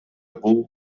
бул